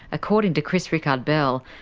according to chris rikard-bell,